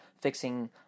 fixing